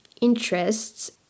interests